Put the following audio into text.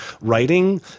writing